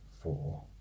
four